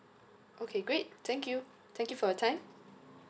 okay great thank you thank you for your time